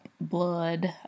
blood